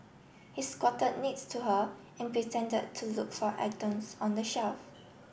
he squatted next to her and pretended to look for items on the shelf